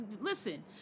Listen